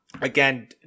again